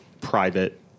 private